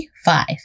Five